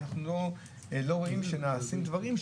ואנחנו לא רואים שנעשים דברים,